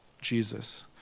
Jesus